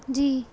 جی